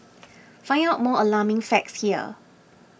find out more alarming facts here